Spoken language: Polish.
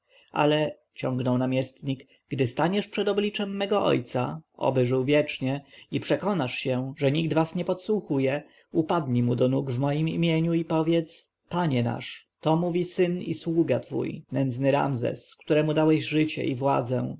ale ciągnął namiestnik gdy staniesz przed obliczem mego ojca oby żył wiecznie i przekonasz się że was nikt nie podsłuchuje upadnij mu do nóg w mem imieniu i powiedz panie nasz to mówi syn i sługa twój nędzny ramzes któremu dałeś życie i władzę